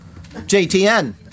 JTN